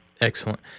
excellent